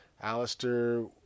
Alistair